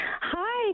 Hi